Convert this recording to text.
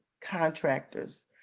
contractors